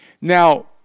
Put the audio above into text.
Now